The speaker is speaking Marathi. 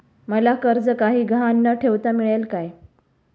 मला कर्ज काही गहाण न ठेवता मिळेल काय?